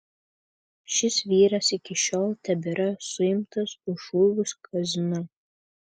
šis vyras iki šiol tebėra suimtas už šūvius kazino